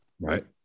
right